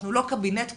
אנחנו לא קבינט קורונה,